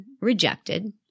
rejected